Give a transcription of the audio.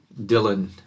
dylan